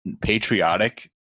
patriotic